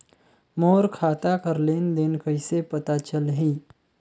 मोर खाता कर लेन देन कइसे पता चलही?